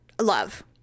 love